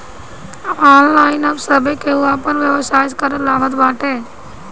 online अब सभे केहू आपन व्यवसाय करे लागल बाटे